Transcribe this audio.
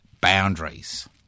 boundaries